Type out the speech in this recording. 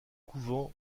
couvent